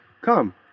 Come